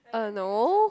uh no